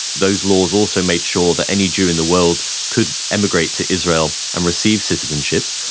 those laws also made sure that any jew in the world could immigrate to israel and receive citizenship.